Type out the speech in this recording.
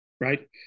Right